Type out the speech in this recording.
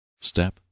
Step